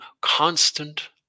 constant